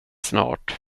snart